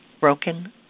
broken